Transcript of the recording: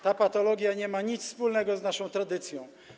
Ta patologia nie ma nic wspólnego z naszą tradycją.